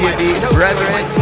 brethren